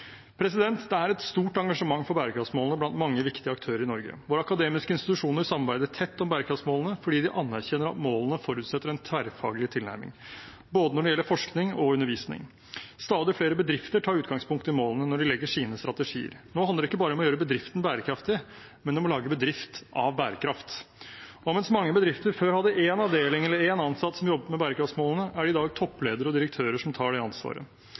Det er et stort engasjement for bærekraftsmålene blant mange viktige aktører i Norge. Våre akademiske institusjoner samarbeider tett om bærekraftsmålene fordi de anerkjenner at målene forutsetter en tverrfaglig tilnærming når det gjelder både forskning og undervisning. Stadig flere bedrifter tar utgangspunkt i målene når de legger sine strategier. Nå handler det ikke bare om å gjøre bedriften bærekraftig, men om å lage bedrift av bærekraft. Og mens mange bedrifter før hadde én avdeling eller én ansatt som jobbet med bærekraftsmålene, er det i dag toppledere og direktører som tar det ansvaret.